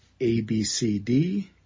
ABCD